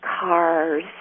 cars